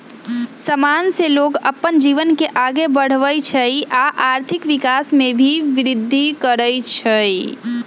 समान से लोग अप्पन जीवन के आगे बढ़वई छई आ आर्थिक विकास में भी विर्धि करई छई